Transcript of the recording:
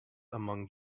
among